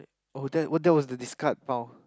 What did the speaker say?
oh that oh that was the discard pile